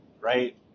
right